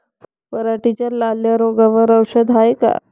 पराटीच्या लाल्या रोगावर औषध हाये का?